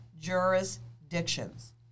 jurisdictions